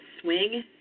swing